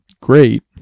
great